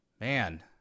man